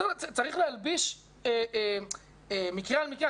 צריך להלביש מקרה על מקרה.